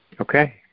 Okay